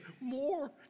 More